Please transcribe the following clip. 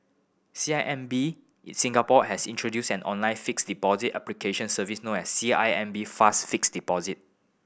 C I M B Singapore has introduced an online fixed deposit application service known as C I M B Fast Fixed Deposit